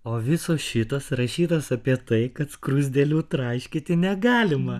o visos šitos rašytos apie tai kad skruzdėlių traiškyti negalima